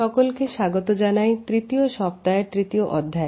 সকলকে স্বাগত জানাই তৃতীয় সপ্তাহের তৃতীয় অধ্যায়